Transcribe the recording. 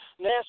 NASA